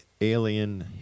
alien